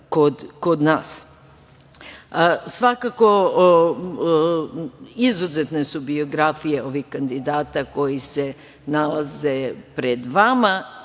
kod nas. Svakako, izuzetne su biografije ovih kandidata koji se nalaze pred vama.